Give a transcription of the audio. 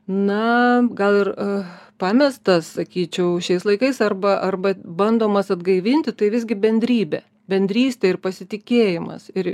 na gal ir pamestas sakyčiau šiais laikais arba arba bandomas atgaivinti tai visgi bendrybė bendrystė ir pasitikėjimas ir